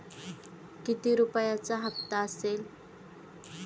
किती रुपयांचा हप्ता असेल?